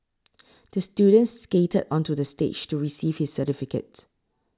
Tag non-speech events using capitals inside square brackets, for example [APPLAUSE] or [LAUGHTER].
[NOISE] the student skated onto the stage to receive his certificate